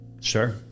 Sure